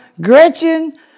Gretchen